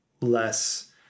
less